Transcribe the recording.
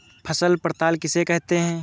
फसल पड़ताल किसे कहते हैं?